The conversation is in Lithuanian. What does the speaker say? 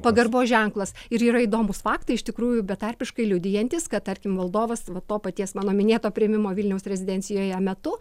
pagarbos ženklas ir yra įdomūs faktai iš tikrųjų betarpiškai liudijantys kad tarkim valdovas va to paties mano minėto priėmimo vilniaus rezidencijoje metu